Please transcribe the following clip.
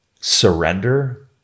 surrender